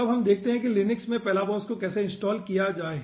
तब हम देखते हैं कि लिनक्स में Palabos को कैसे इनस्टॉल किया जाए